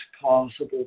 possible